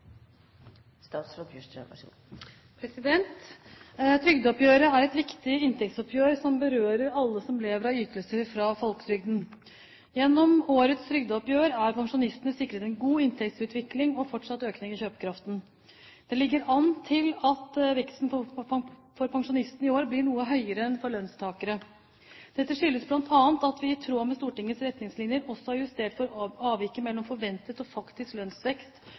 pensjonistene sikret en god inntektsutvikling og fortsatt økning i kjøpekraften. Det ligger an til at veksten for pensjonistene i år blir noe høyere enn for lønnstakere. Dette skyldes bl.a. at vi i tråd med Stortingets retningslinjer også har justert for avviket mellom forventet og faktisk lønnsvekst